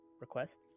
request